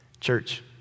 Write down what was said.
Church